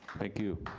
thank you.